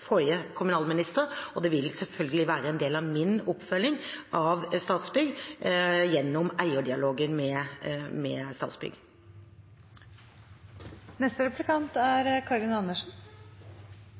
forrige kommunalminister, og det vil selvfølgelig være en del av min oppfølging av Statsbygg gjennom eierdialogen med